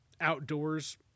outdoors